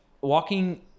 walking